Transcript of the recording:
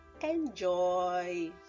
Enjoy